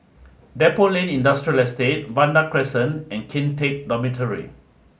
Depot Lane Industrial Estate Vanda Crescent and Kian Teck Dormitory